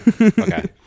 Okay